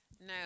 No